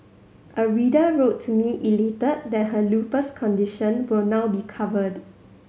a reader wrote to me elated that her lupus condition will now be covered